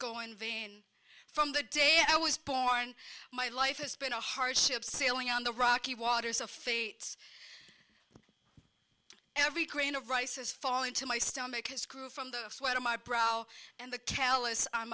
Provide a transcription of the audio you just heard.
go in vain from the day i was born my life has been a hard ship sailing on the rocky waters of fate's every grain of rice is falling to my stomach his crew from the sweat of my brow and the